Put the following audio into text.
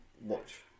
watch